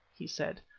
he said,